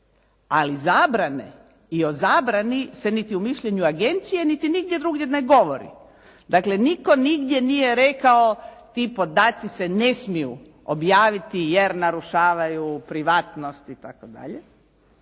ali zabrane i o zabrani se niti u mišljenju agencije, niti nigdje drugdje ne govori. Dakle, nitko nigdje nije rekao ti podaci se ne smiju objaviti jer narušavaju privatnost itd.,